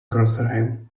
crossrail